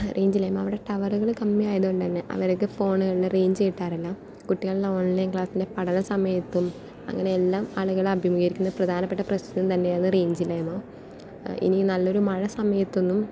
range ഇല്ലായ്മ അവിടെ ടവറുകൾ കമ്മി ആയത് കൊണ്ടു തന്നെ അവരുടെയൊക്കെ ഫോണുകളിൽ റേഞ്ച് കിട്ടാറില്ല കുട്ടികളുടെ ഓൺ ലൈൻ ക്ലാസ്സിലെ പഠന സമയത്തും അങ്ങനെ എല്ലാം ആളുകൾ അഭിമുഖീകരിക്കുന്ന പ്രധാനപ്പെട്ട പ്രശ്നം തന്നെയാണ് റേഞ്ച് ഇല്ലായ്മ ഇനി നല്ലൊരു മഴ സമയത്തൊന്നും